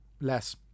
less